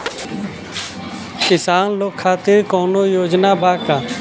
किसान लोग खातिर कौनों योजना बा का?